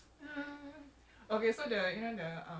ya and then there's the mat minah tiktok